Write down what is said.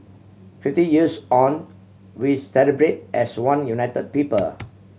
fifty years on we celebrate as one unit people